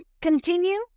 continue